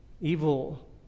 evil